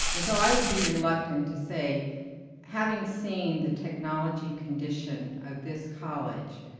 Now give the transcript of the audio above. and so i would be reluctant to say having seen the technology condition of this college,